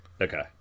Okay